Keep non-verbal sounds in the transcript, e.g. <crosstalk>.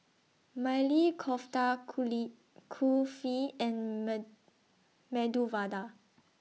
Maili Kofta <unintelligible> Kulfi and May Medu Vada